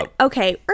okay